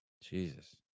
Jesus